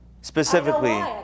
specifically